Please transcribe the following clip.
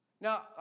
Now